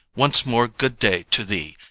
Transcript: once more good day to thee.